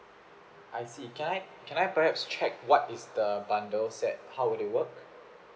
I see can I can I perhaps check what is the bundle set how will it work